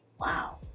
Wow